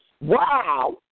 Wow